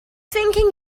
thinking